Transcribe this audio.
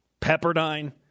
Pepperdine